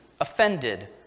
offended